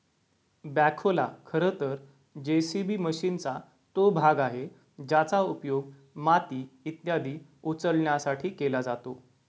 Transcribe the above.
बॅखोला खरं तर जे.सी.बी मशीनचा तो भाग आहे ज्याचा उपयोग माती इत्यादी उचलण्यासाठी केला जातो